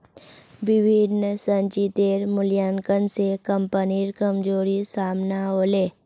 विभिन्न संचितेर मूल्यांकन स कम्पनीर कमजोरी साम न व ले